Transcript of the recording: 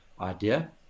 idea